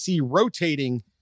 rotating